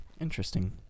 Interesting